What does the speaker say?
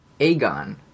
Aegon